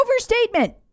overstatement